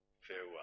Farewell